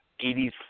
80s